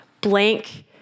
blank